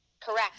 Correct